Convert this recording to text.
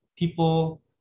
People